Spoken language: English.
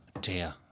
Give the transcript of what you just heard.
Dear